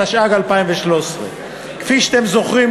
התשע"ג 2013. כפי שאתם זוכרים,